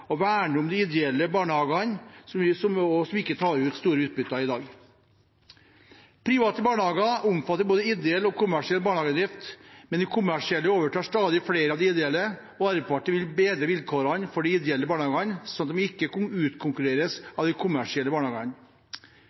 og verne om de ideelle barnehagene, som ikke tar ut store utbytter i dag. Private barnehager omfatter både ideell og kommersiell barnehagedrift, men de kommersielle overtar stadig flere av de ideelle, og Arbeiderpartiet vil bedre vilkårene for de ideelle barnehagene så de ikke utkonkurreres av de kommersielle barnehagene.